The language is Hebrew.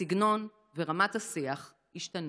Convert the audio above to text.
הסגנון ורמת השיח ישתנו.